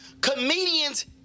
Comedians